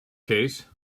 case